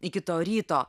iki to ryto